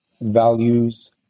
values